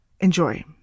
Enjoy